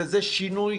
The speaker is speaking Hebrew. וזה שינוי